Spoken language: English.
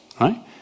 right